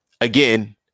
again